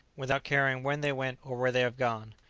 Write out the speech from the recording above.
without caring when they went, or where they have gone.